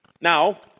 Now